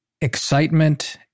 excitement